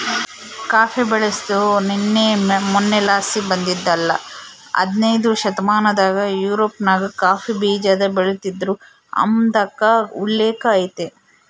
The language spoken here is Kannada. ಕಾಫಿ ಬೆಳ್ಸಾದು ನಿನ್ನೆ ಮನ್ನೆಲಾಸಿ ಬಂದಿದ್ದಲ್ಲ ಹದನೈದ್ನೆ ಶತಮಾನದಾಗ ಯುರೋಪ್ನಾಗ ಕಾಫಿ ಬೀಜಾನ ಬೆಳಿತೀದ್ರು ಅಂಬಾದ್ಕ ಉಲ್ಲೇಕ ಐತೆ